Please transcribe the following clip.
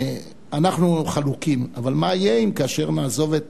אנחנו חלוקים, אבל מה יהיה אם כאשר נעזוב את